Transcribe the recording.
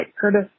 Curtis